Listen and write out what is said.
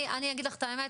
אני אגיד לך את האמת,